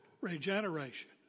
Regeneration